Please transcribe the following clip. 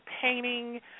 painting